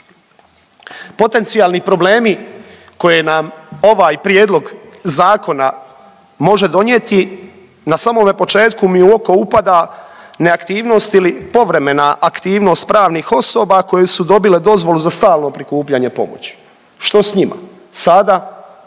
potencijalni problemi koje nam ovaj Prijedlog zakona može donijeti, na samome početku mi u oko upada neaktivnost ili povremena aktivnost pravnih osoba koje su dobile dozvolu za stalno prikupljanje pomoći. Što s njima sada,